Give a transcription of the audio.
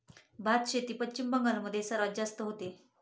भातशेती पश्चिम बंगाल मध्ये सर्वात जास्त होते